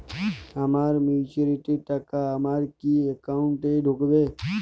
আমার ম্যাচুরিটির টাকা আমার কি অ্যাকাউন্ট এই ঢুকবে?